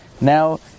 Now